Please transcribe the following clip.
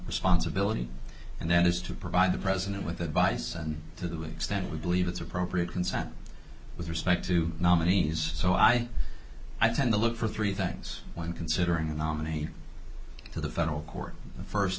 responsibility and that is to provide the president with advice and to the extent we believe it's appropriate consent with respect to nominees so i i tend to look for three things when considering a nominee to the federal court the first